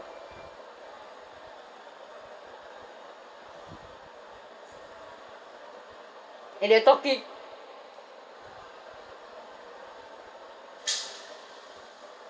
and they're talking